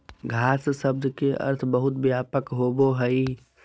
घास शब्द के अर्थ बहुत व्यापक होबो हइ